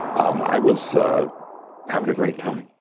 um i was so having a great time.